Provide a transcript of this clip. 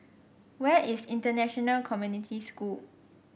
where is International Community School